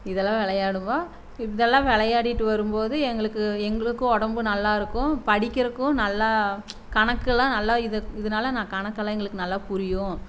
இதெல்லாம் விளையாடுவோம் இதெல்லாம் விளையாடிட்டு வரும் போது எங்களுக்கு எங்களுக்கும் உடம்பு நல்லா இருக்கும் படிக்கிறக்கும் நல்லா கணக்கு எல்லாம் நல்லா இது இதனால நான் கணக்கு எல்லாம் எங்களுக்கு நல்லா புரியும்